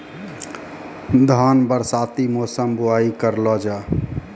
धान बरसाती मौसम बुवाई करलो जा?